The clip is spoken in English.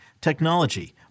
technology